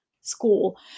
school